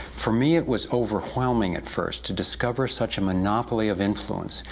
for me, it was overwhelming at first to discover such a monopoly of influence,